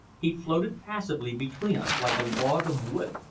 he floated passively between us like a log of wood,